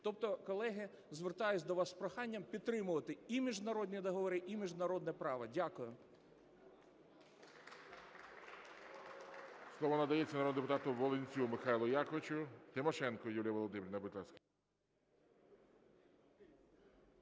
Тобто, колеги, звертаюсь до вас з проханням підтримувати і міжнародні договори, і міжнародне право. Дякую.